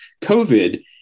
covid